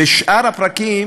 ושאר הפרקים